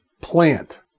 plant